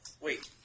Wait